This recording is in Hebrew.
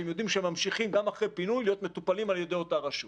שהם יודעים שהם ממשיכים גם אחרי פינוי להיות מטופלים על ידי אותה רשות.